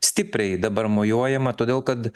stipriai dabar mojuojama todėl kad